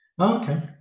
Okay